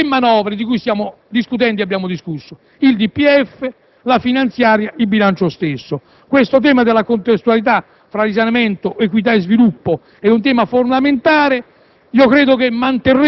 è in linea con le tre manovre di cui stiamo discutendo e di cui abbiamo discusso: il DPEF, la finanziaria, il bilancio stesso. Il tema della contestualità fra risanamento, equità e sviluppo è fondamentale.